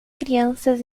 crianças